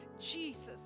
Jesus